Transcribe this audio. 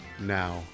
now